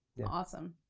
yeah. awesome.